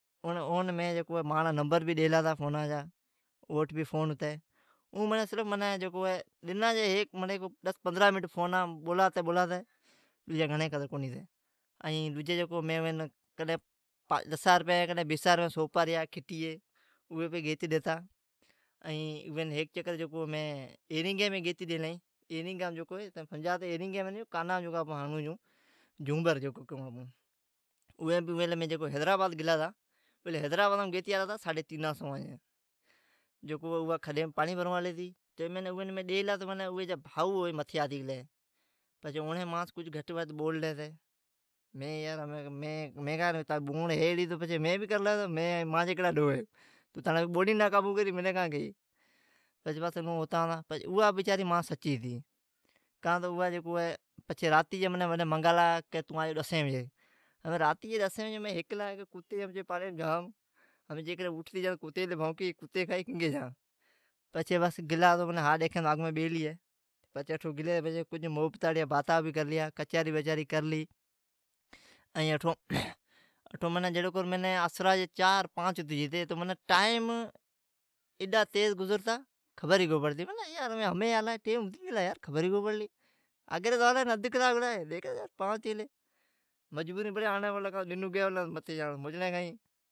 اون مین ماجا نمبر بھی ڈیلا ھتا فونا جا، اوٹھ بھی فون ھتی، اون رگی من ڈنا جی فونا پر ڈس پندرا منیٹ فانا بر بولاتی بولاتی باقی کونی۔ بس ڈجی کئین کونی، کڈھی اوین ڈسا بیسان رپیا جیا شوپاریا بھے گیتی ڈیتا، این ھیک دفا اوین مین ایرینگی بھی گیتی ڈیلی ،ایرینگی تمی سمجا پتئ آپون جھومر کیون چھون ، اون بھی مین حیدرآباد گلا ھتا حیدرآباد سی آڑلی ھتی ساڈھی تئینا سوا جی، اوا کھڈیم پاڑین بھرون آلی تو اوین ڈیلا ھتا تو اوی جی بھائو متھی آتی گلی پچھی اون گھٹ وڈھ بوللی ھتی، پچھی مین کا کرین تانجی بوڑی ھی ایڑی تو آپکی بوڑین کابو نا کری منی کا کئی ۔ پچھی اوا ماس سچی ھتے پچھے اوا من راتی جی ڈسی بجی میگالا پچھی من جی ڈسی بھجی کنگھی جا ھیک تو اپچی گھر کتی جام کتی بھوکی کھایئی کنگھی جا پچھی مین گلا اتھو ڈیکھین تو اوا بیلی ھتی ۔ پچھی کجھ محبتا جیا با تا ڈجیا کرلیا اوٹھ من اسرا جی چار پانچ ھتی گلی، اٹھو ٹائیم جی اڈا تیز گزرتا تو خبر ھی کو پڑتی آگیری تو آلا ہے خبر ئی کو پڑتی، مجھوری مین واپس آڑی پڑتی نا لا آوی تا ڈن اگی لا تو ماچڑی کھئین